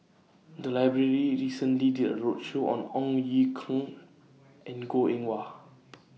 The Library recently did A roadshow on Ong Ye Kung and Goh Eng Wah